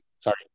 Sorry